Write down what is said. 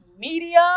media